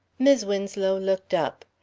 mis' winslow looked up.